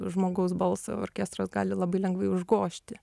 žmogaus balsą orkestras gali labai lengvai užgožti